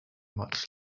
much